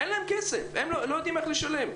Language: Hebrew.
אין להם כסף, הם לא יודעים איך לשלם.